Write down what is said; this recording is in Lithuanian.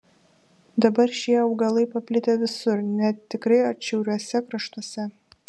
dabar šie augalai paplitę visur net tikrai atšiauriuose kraštuose